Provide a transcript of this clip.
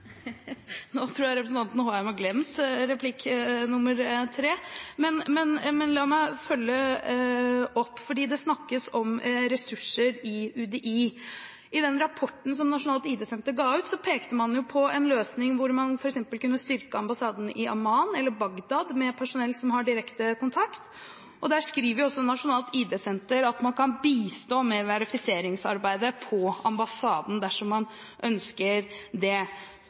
har vedtatt. Det snakkes om ressurser i UDI. I den rapporten som Nasjonalt ID-senter ga ut, pekte man på en løsning der man f.eks. kunne styrke ambassaden i Amman eller Bagdad med personell som har direkte kontakt. Der skriver også Nasjonalt ID-senter at man kan bistå med verifiseringsarbeidet på ambassaden dersom man ønsker det.